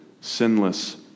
sinless